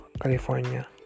California